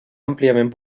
àmpliament